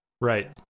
Right